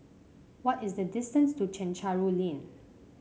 what is the distance to Chencharu Lane